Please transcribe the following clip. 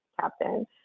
captain